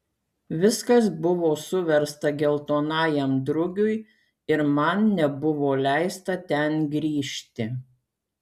viskas buvo suversta geltonajam drugiui ir man nebuvo leista ten grįžti